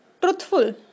truthful